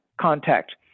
contact